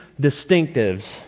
distinctives